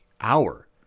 Hour